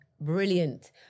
brilliant